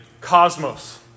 cosmos